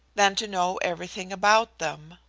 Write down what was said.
than to know everything about them.